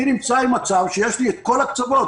אני נמצא במצב שיש לי את כל הקצוות,